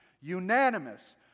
Unanimous